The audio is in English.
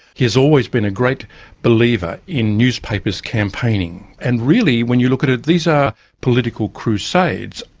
he's always been a great believer in newspapers campaigning and really when you look at it, these are political crusades.